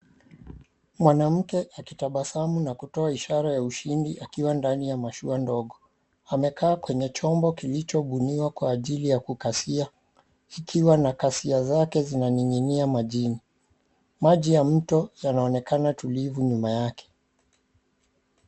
Mwanamke akitabasamu na kutoa ishara ya ushindi akiwa ndani ya mashua ndogo. Amekaa kwenye chombo kilichoguniwa kwa ajili ya kukasia, kikiwa na kasia zake zinaning'inia majini. Maji ya mto yanaonekana tulivu nyuma yake.